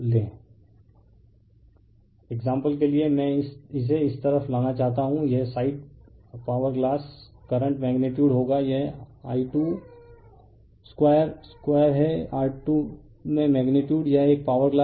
refer slide time 2357 example के लिए मैं इसे इस तरफ लाना चाहता हूं यह side power glass current magnitude होगा यह I222 है R2 में मैग्नीटयूड है यह एक पावर ग्लास है